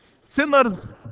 Sinners